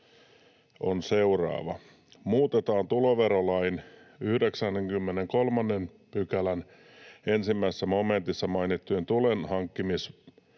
on seuraava: Muutetaan tuloverolain 93 §:n 1 momentissa mainittujen tulonhankkimismenojen